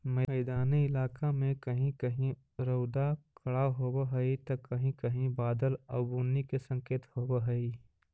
मैदानी इलाका में कहीं कहीं रउदा कड़ा होब हई त कहीं कहीं बादल आउ बुन्नी के संकेत होब हई